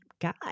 guy